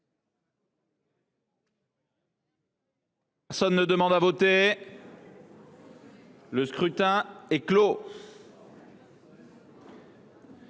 Personne ne demande plus à voter ?… Le scrutin est clos.